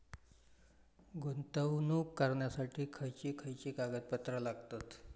गुंतवणूक करण्यासाठी खयची खयची कागदपत्रा लागतात?